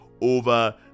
over